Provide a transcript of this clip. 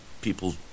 People